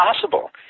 possible